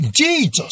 Jesus